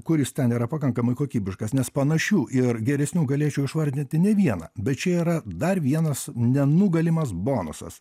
kuris ten yra pakankamai kokybiškas nes panašių ir geresnių galėčiau išvardinti ne vieną bet čia yra dar vienas nenugalimas bonusas